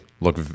look